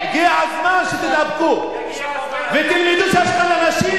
הגיע הזמן שתתאפקו ותלמדו שיש גם אנשים